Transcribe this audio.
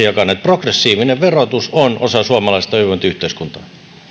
jakaneet progressiivinen verotus on osa suomalaista hyvinvointiyhteiskuntaa